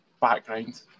background